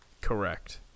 Correct